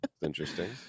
Interesting